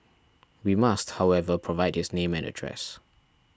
he must however provide his name and address